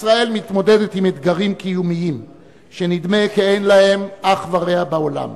ישראל מתמודדת עם אתגרים קיומיים שנדמה כי אין להם אח ורע בעולם.